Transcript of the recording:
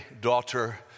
daughter